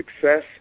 success